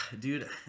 Dude